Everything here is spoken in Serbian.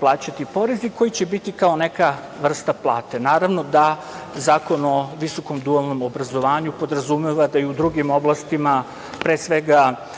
plaćati porez i koji će biti kao neka vrsta plate. Naravno, da Zakon o visokom dualnom obrazovanju podrazumeva da i u drugim oblastima, pre svega